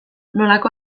nolako